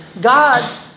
God